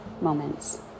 moments